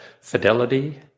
Fidelity